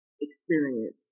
experience